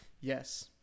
Yes